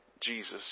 Jesus